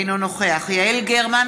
אינו נוכח יעל גרמן,